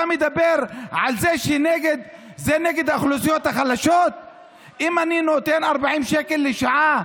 אתה מדבר על זה שזה נגד האוכלוסיות החלשות אם אני נותן 40 שקל לשעה,